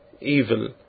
evil